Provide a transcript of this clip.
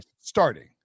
starting